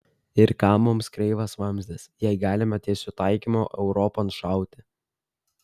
ir kam mums kreivas vamzdis jei galime tiesiu taikymu europon šauti